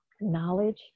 knowledge